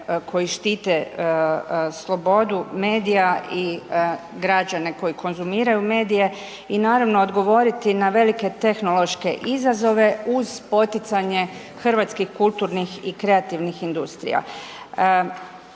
koji štite slobodu medija i građane koji konzumiraju medije i naravno odgovoriti na velike tehnološke izazove uz poticanje hrvatskih kulturnih i kreativnih industrija.